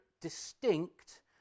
distinct